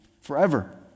forever